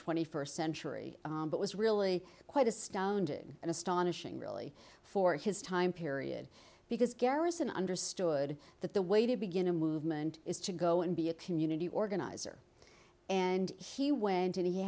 twenty first century but was really quite astounding and astonishing really for his time period because garrison understood that the way to begin a movement is to go and be a community organizer and he went and he